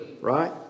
right